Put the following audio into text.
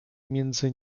między